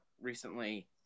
recently